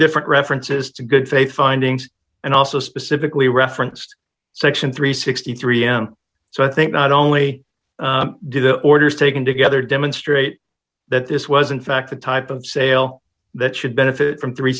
different references to good faith findings and also specifically referenced section three hundred and sixty three m so i think not only did the orders taken together demonstrate that this was in fact the type of sale that should benefit from three